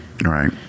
Right